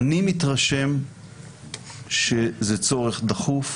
אני מתרשם שזה צורך דחוף.